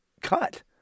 cut